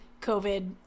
COVID